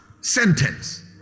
sentence